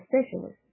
specialist